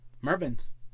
Mervin's